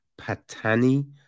Patani